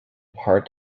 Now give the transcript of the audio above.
part